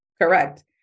Correct